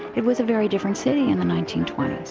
it was a very different city in the nineteen twenty s.